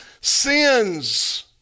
sins